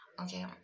okay